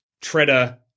Treader